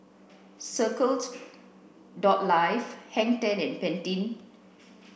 circles Life Hang Ten and Pantene